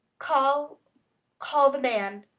call call the man.